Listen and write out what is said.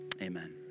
amen